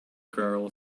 girl